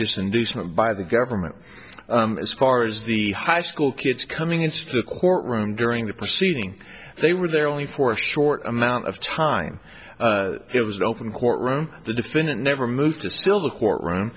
ous inducement by the government as far as the high school kids coming into the courtroom during the proceeding they were there only for a short amount of time it was an open courtroom the defendant never moved to sill the courtroom